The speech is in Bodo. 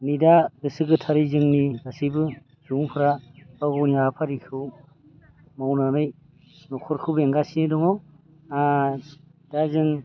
नै दा गोसो गोथारै जोंनि गासैबो सुबुंफोरा गाव गावनि हाबाफारिखौ मावनानै न'खरखौ बेंगासिनो दङ दा जों